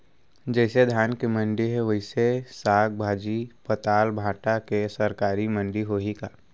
जइसे धान के मंडी हे, वइसने साग, भाजी, पताल, भाटा के सरकारी मंडी होही का?